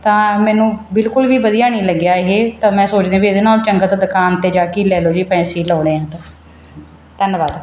ਤਾਂ ਮੈਨੂੰ ਬਿਲਕੁਲ ਵੀ ਵਧੀਆ ਨਹੀਂ ਲੱਗਿਆ ਇਹ ਤਾਂ ਮੈਂ ਸੋਚਦੀ ਹਾਂ ਵੀ ਇਹਦੇ ਨਾਲੋਂ ਚੰਗਾ ਤਾਂ ਦੁਕਾਨ 'ਤੇ ਜਾ ਕੇ ਹੀ ਲੈ ਲਓ ਜੇ ਪੈਸੇ ਹੀ ਲਾਉਣੇ ਆ ਤਾਂ ਧੰਨਵਾਦ